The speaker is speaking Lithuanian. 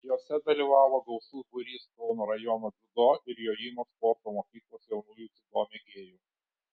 jose dalyvavo gausus būrys kauno rajono dziudo ir jojimo sporto mokyklos jaunųjų dziudo mėgėjų